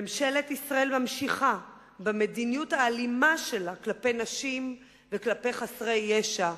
ממשלת ישראל ממשיכה במדיניות האלימה שלה כלפי נשים וכלפי חסרי ישע.